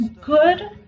good